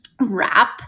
wrap